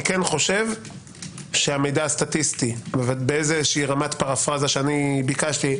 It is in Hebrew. אני כן חושב שהמידע הסטטיסטי ברמת פרפרזה שביקשתי,